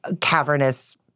cavernous